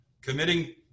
Committing